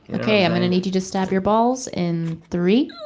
okay i'm gonna need you to stab your balls in three,